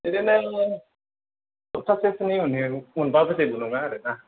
बिदिनो सफ्थासेसोनि उनाव मोनब्लाबो जेबो नङा आरो ना